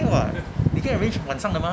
okay [what] 你可以 arrange 晚上的 mah